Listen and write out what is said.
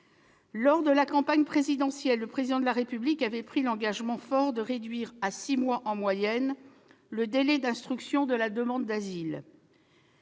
Lors de la campagne présidentielle, le Président de la République avait pris l'engagement fort de réduire à six mois en moyenne le délai d'instruction de la demande d'asile.